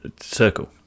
circle